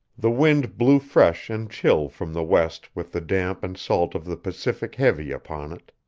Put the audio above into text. the wind blew fresh and chill from the west with the damp and salt of the pacific heavy upon it,